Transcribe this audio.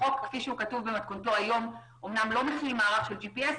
החוק כפי שהוא כתוב במתכונתו היום אמנם לא מכיל מערך של ג'י.פי.אס,